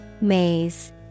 Maze